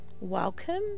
welcome